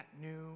new